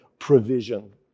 Provision